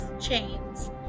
chains